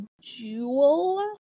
Jewel